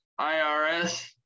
IRS